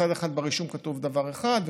מצד אחד ברישום כתוב דבר אחד,